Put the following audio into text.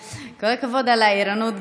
אין מתנגדים ואין גם נמנעים,